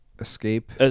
Escape